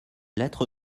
lettre